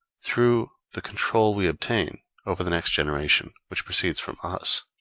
through the control we obtain over the next generation, which proceeds from us